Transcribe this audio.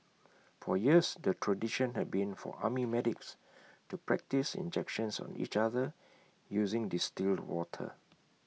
for years the tradition had been for army medics to practise injections on each other using distilled water